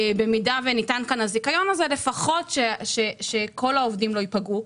אם ניתן פה הזיכיון, שכל העובדים לא ייפגעו.